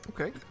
okay